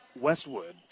Westwood